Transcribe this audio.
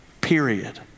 period